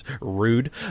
rude